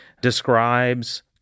describes